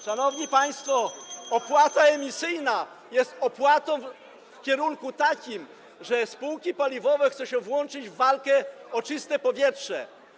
szanowni państwo, opłata emisyjna jest opłatą w takim kierunku, że spółki paliwowe chcą się włączyć w walkę o czyste powietrze.